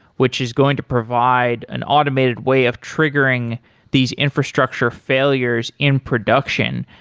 which is going to provide an automated way of triggering these infrastructure failures in production.